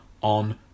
On